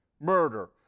murder